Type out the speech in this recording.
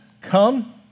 Come